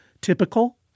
typical